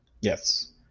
Yes